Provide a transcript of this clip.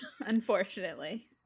unfortunately